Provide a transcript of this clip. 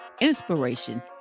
inspiration